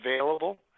available